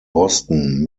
boston